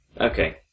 Okay